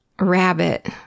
rabbit